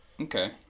Okay